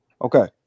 Okay